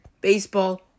baseball